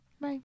Bye